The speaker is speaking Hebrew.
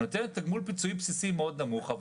היא נותנת תגמול פיצויים בסיסי נמוך מאוד